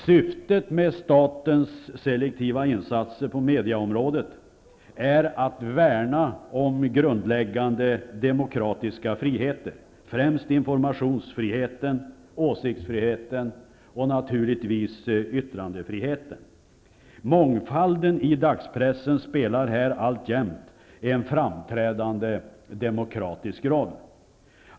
Syftet med statens selektiva insatser på mediaområdet är att värna om de grundläggande demokratiska friheterna, främst informations-, åsikts och naturligtvis yttrandefriheten. Mångfalden i dagspressen spelar här alltjämt en framträdande demokratisk roll.